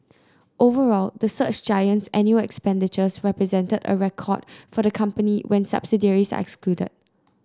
overall the search giant's annual expenditures represented a record for the company when subsidiaries are excluded